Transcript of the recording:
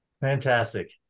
Fantastic